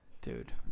dude